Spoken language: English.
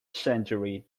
century